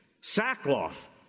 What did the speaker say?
sackcloth